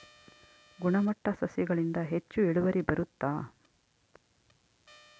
ಗುಣಮಟ್ಟ ಸಸಿಗಳಿಂದ ಹೆಚ್ಚು ಇಳುವರಿ ಬರುತ್ತಾ?